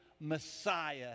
Messiah